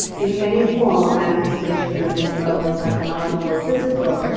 in any form or manifestation, whether it's verbal, psychological, physical,